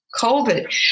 COVID